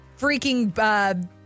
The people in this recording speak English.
freaking